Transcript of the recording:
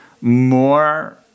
more